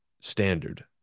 standard